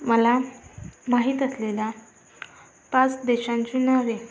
मला माहीत असलेल्या पाच देशांची नावे